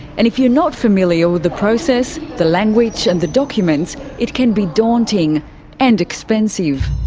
and if you're not familiar with the process, the language and the documents, it can be daunting and expensive.